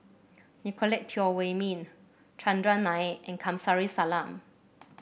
Nicolette Teo Wei Min Chandran Nair and Kamsari Salam